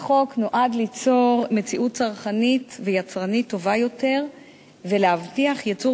החוק נועד ליצור מציאות צרכנית ויצרנית טובה יותר ולהבטיח ייצור